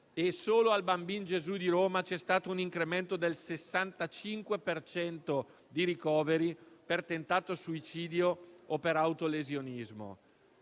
pediatrico Bambino Gesù di Roma c'è stato un incremento del 65 per cento di ricoveri per tentato suicidio o per autolesionismo.